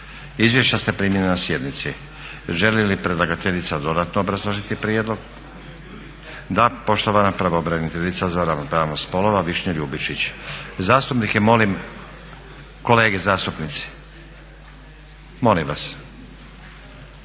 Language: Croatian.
Izvješća ste primili na sjednici. Želi li predlagateljica dodatno obrazložiti prijedlog? Da. Poštovana pravobraniteljica za ravnopravnost spolova Višnja Ljubičić. Izvolite. **Ljubičić, Višnja**